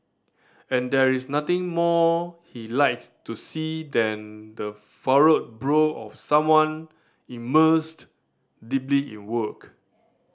and there is nothing more he likes to see than the furrowed brow of someone immersed deeply in work